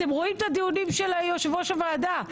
אתם רואים את הדיון של יושב ראש הוועדה,